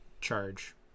charge